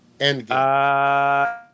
Endgame